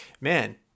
Man